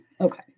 Okay